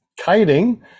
kiting